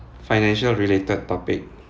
financial related topic